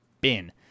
bin